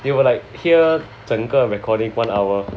they will like hear 整个 recording one hour